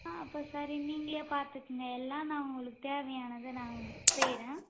ஆ அப்போ சரி நீங்களே பார்த்துக்குங்க எல்லாம் நான் உங்களுக்கு தேவையானதை நான் செய்கிறேன்